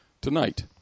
Tonight